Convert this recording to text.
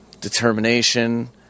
determination